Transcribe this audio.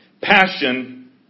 Passion